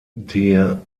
der